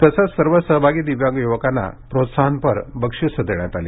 तसेच सर्व सहभागी दिव्यांग युवकांना प्रोत्साहनपर बक्षिसे देण्यात आली